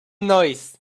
noise